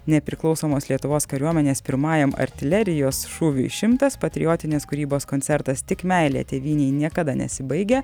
nepriklausomos lietuvos kariuomenės pirmajam artilerijos šūviui šimtas patriotinės kūrybos koncertas tik meilė tėvynei niekada nesibaigia